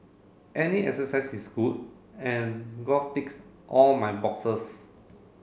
any exercise is good and golf ticks all my boxes